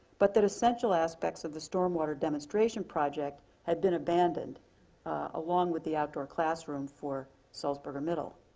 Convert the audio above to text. but that essential aspects of the storm water demonstration project had been abandoned along with the outdoor classroom for salzburger middle.